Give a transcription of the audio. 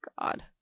god